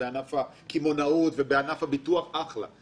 ענף הקמעונאות וענף הביטוח אחלה.